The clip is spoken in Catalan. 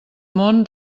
món